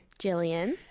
Jillian